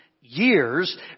years